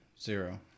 zero